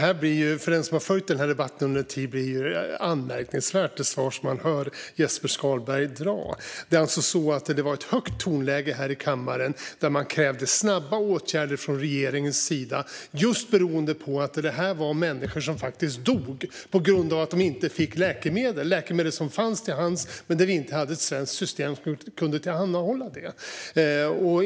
Fru talman! För den som har följt den här debatten under en tid är Jesper Skalberg Karlssons svar anmärkningsvärt. Det var alltså ett högt tonläge här i kammaren, och man krävde snabba åtgärder från den dåvarande regeringens sida, just för att det handlade om människor som faktiskt dog på grund av att de inte fick läkemedel - läkemedel som fanns till hands men som vi inte hade ett svenskt system för att kunna tillhandahålla.